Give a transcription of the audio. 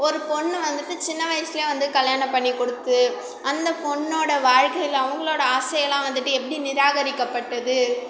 ஒரு பொண்ணு வந்துவிட்டு சின்ன வயசுல வந்து கல்யாணம் பண்ணிக் கொடுத்து அந்தப் பொண்ணோட வாழ்க்கையில் அவங்களோட ஆசையெல்லாம் வந்துவிட்டு எப்படி நிராகரிக்கப்பட்டது